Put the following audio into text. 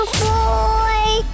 boy